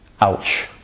Ouch